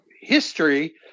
history